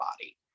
body